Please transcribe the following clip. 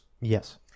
Yes